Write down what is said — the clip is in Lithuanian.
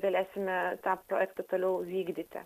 galėsime tą projektą toliau vykdyti